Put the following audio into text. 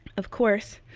of course,